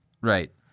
Right